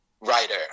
writer